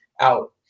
out